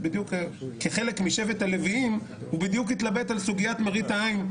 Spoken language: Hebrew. כחלק מהלווים הוא בדיוק התלבט בשל מראית עין.